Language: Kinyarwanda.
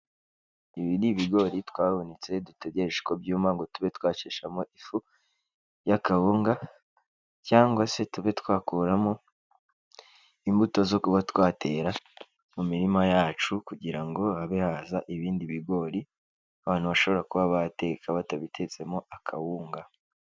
Ibi ni ibigori twahunitse dutegereje ko byuma ngo tube twasheshamo ifu y'akawunga, cyangwa se tube twakuramo imbuto zo kuba twatera mu mirima yacu, kugira ngo habe haza ibindi bigori abantu bashobora kuba bateka, batabitetsemo akawunga.